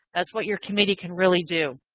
that's what your committee can really do.